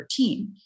2013